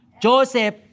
Joseph